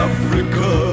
Africa